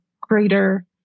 greater